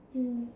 mm